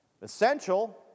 Essential